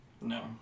No